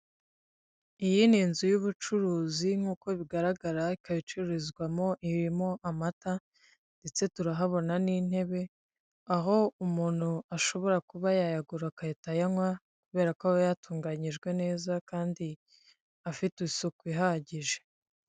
Iyi ni inzu y'ubucuruzi nkuko bigaragara ikaba icururizwamo irimo amata ndetse turahabona n'intebe aho umuntu ashobora kuba yayagura agahita ayanywa kubera ko aba yatunganyijwe neza kandi afite isuku ihagije.